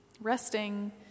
Resting